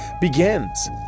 begins